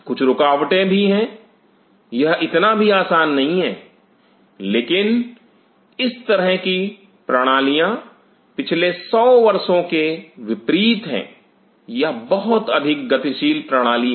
कुछ रुकावटें भी है यह इतना भी आसान नहीं हैं लेकिन इस तरह की प्रणालियां पिछले 100 वर्षों के विपरीत हैं यह बहुत अधिक गतिशील प्रणाली है